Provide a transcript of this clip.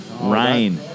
Ryan